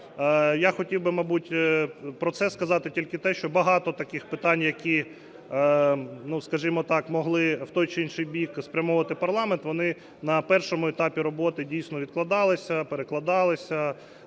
Я хотів би, мабуть, про це сказати тільки те, що багато таких питань, які, скажімо так, могли в той чи інший бік спрямовувати парламент, вони на першому етапі роботи дійсно відкладалися, перекладалися,